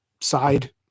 side